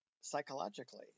psychologically